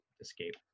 escape